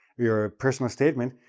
your personal statement,